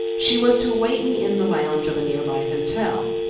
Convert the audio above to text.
she was to await me in the lounge of a near-by hotel.